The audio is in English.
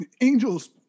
Angels